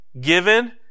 given